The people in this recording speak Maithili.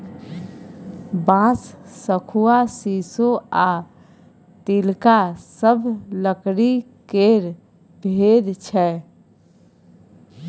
बांस, शखुआ, शीशो आ तिलका सब लकड़ी केर भेद छै